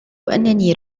أنني